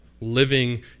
living